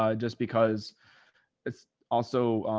ah just because it's also,